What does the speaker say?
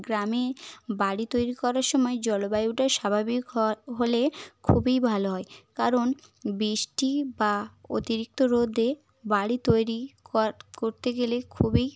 গ্রামে বাড়ি তৈরি করার সময় জলবায়ুটা স্বাভাবিক হলে খুবই ভালো হয় কারণ বৃষ্টি বা অতিরিক্ত রোদে বাড়ি তৈরি করতে গেলে খুবই